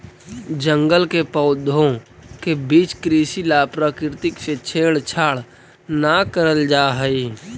जंगल के पौधों के बीच कृषि ला प्रकृति से छेड़छाड़ न करल जा हई